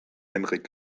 henrik